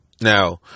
now